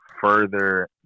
further